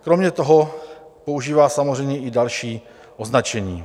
Kromě toho používá samozřejmě i další označení.